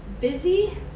busy